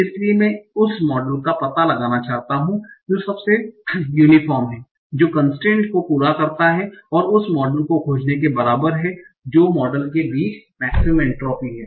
इसलिए मैं उस मॉडल का पता लगाना चाहता हूं जो सबसे यूनीफोर्म है जो कन्स्ट्रेन्ट को पूरा करता है जो उस मॉडल को खोजने के बराबर है जो मॉडल के बीच मेक्सिमम एन्ट्रापी है